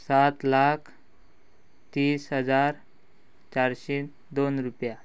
सात लाख तीस हजार चारशे दोन रुपया